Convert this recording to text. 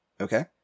Okay